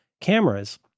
cameras